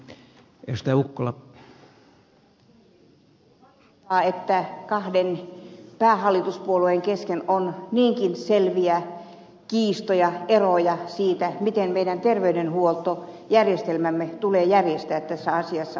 on valitettavaa että kahden päähallituspuolueen kesken on niinkin selviä kiistoja eroja siitä miten meidän terveydenhuoltojärjestelmämme tulee järjestää tässä asiassa